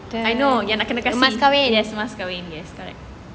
I know yang kena kasi yes emas kahwin yes correct